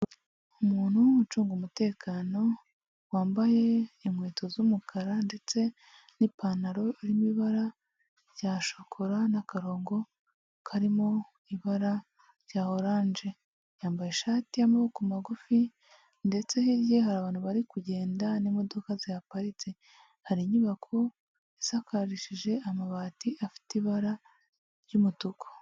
Umuntu ucunga umutekano wambaye inkweto z'umukara ndetse n'ipantaro irimo ibara rya shokora n'akarongo karimo ibara rya orange. Yambaye ishati y'amaboko magufi ndetse hirya ye hari abantu bari kugenda n'imodoka zihaparitse. Hari inyubako isakarishije amabati afite ibara ry'umutuku.